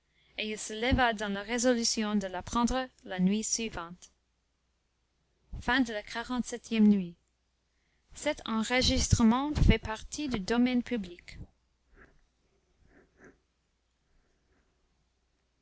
et il se leva dans la résolution de l'apprendre la nuit suivante xlviii nuit